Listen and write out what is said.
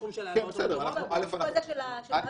בתחום הזה של האג"חים.